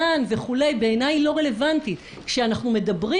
הלא בדרך, כשאנחנו מדברים